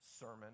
sermon